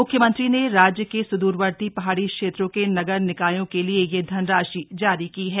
मुख्यमंत्री ने राज्य के सुदुरवर्ती पहाड़ी क्षेत्रों के नगर निकायों के लिए यह धनराशि जारी की है